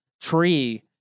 tree